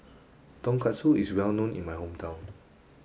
tonkatsu is well known in my hometown